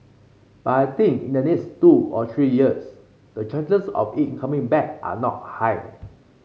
but I think in the next two or three years the chances of it coming back are not high